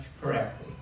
correctly